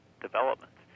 developments